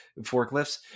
Forklifts